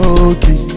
Okay